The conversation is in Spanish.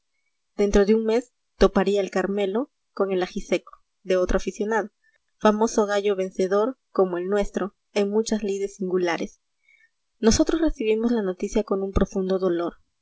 dentro de un mes toparía el carmelo con el ajiseoo de otro aficionado famoso gallo vencedor como el nuestro en muchas lides singulares nosotros recibimos la noticia con profundo dolor